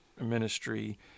ministry